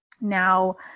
now